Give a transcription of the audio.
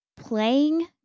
playing